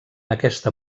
aquesta